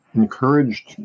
encouraged